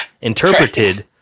interpreted